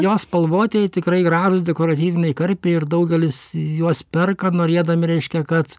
jo spalvotieji tikrai gražūs dekoratyviniai karpiai ir daugelis juos perka norėdami reiškia kad